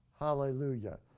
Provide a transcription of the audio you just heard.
Hallelujah